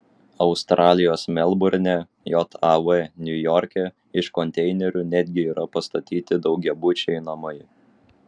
australijos melburne jav niujorke iš konteinerių netgi yra pastatyti daugiabučiai namai